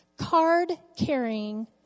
card-carrying